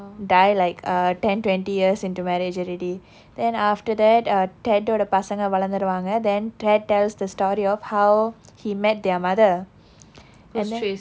die like uh ten twenty years into marriage already then after that err ted வோட பசங்க வளர்ந்திருவாங்க:voda pasanga valarnthiruvaanga then ted tells the story of how he met their mother and then